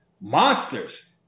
monsters